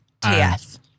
TF